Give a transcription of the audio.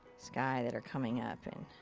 sky that are coming up, and.